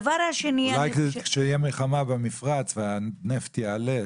אולי כשתהיה מלחמה במפרץ והנפט יעלה,